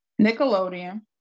nickelodeon